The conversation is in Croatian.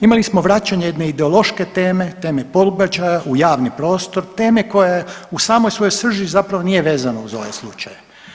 Imali smo vraćanje jedne ideološke teme, teme pobačaja u javni prostor, tema koja u samoj svojoj srži zapravo nije vezana uz ovaj slučaj.